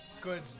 good